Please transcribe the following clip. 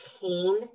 pain